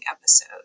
episode